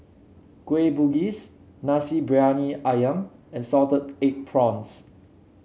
Kueh Bugis Nasi Briyani ayam and Salted Egg Prawns